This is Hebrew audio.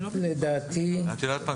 את יודעת מה?